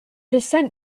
descent